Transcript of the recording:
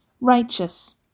righteous